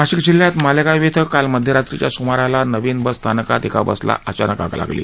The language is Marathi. नाशिक जिल्ह्यात मालेगाव श्व काल मध्यरात्रीच्या सुमाराला नवीन बस स्थानकात एका बसला अचानक आग लागली